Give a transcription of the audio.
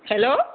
hello